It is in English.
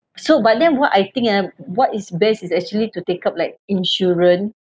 so but then what I think ah what is best is actually to take up like insurance